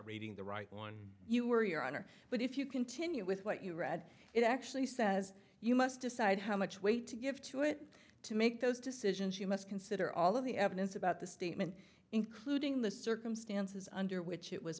reading the right one you are your honor but if you continue with what you read it actually says you must decide how much weight to give to it to make those decisions you must consider all of the evidence about the statement including the circumstances under which it was